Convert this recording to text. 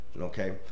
okay